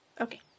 Okay